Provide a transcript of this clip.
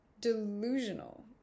delusional